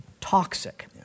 toxic